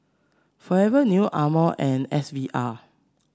Forever New Amore and S V R